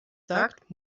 sagt